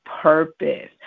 purpose